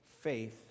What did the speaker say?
Faith